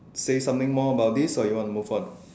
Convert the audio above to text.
say something more about this or you want to move on